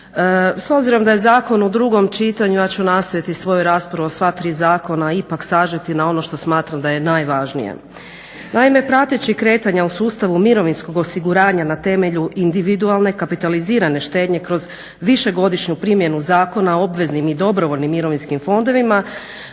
S obzirom da je zakon u drugom čitanju, ja ću nastaviti svoju raspravu o sva tri zakona, ipak sažeti na ono što smatram da je najvažnije. Naime prateći kretanje u sustavu mirovinskog osiguranja na temelju individualne kapitalizirane štednje kroz višegodišnju primjenu Zakona o obveznim i dobrovoljnim mirovinskim fondovima,